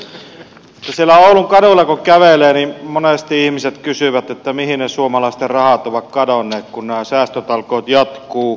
siellä oulun kaduilla kun kävelee niin monesti ihmiset kysyvät mihin ne suomalaisten rahat ovat kadonneet kun nämä säästötalkoot jatkuvat